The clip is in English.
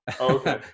Okay